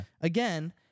again